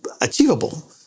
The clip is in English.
achievable